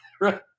right